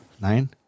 Nine